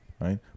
right